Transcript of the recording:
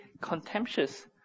contemptuous